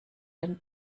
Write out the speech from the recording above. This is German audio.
den